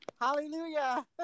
hallelujah